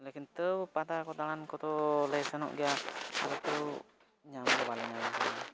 ᱞᱮᱠᱤᱱ ᱛᱟᱹᱣ ᱯᱟᱛᱟ ᱠᱚ ᱫᱟᱬᱟᱱ ᱠᱚᱫᱚᱞᱮ ᱥᱮᱱᱚᱜ ᱜᱮᱭᱟ ᱛᱟᱹᱣ ᱧᱟᱢ ᱫᱚ ᱵᱟᱞᱮ ᱧᱟᱢᱮᱫ ᱠᱚᱣᱟ